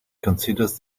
considers